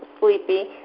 sleepy